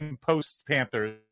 post-Panthers